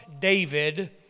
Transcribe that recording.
David